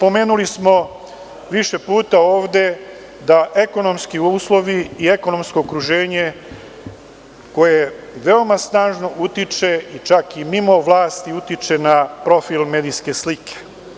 Pomenuli smo više puta ovde da ekonomski uslovi i ekonomsko okruženje veoma snažno utiče, čak i mimo vlasti utiče na profil medijske slike.